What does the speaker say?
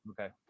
Okay